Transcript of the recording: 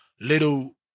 little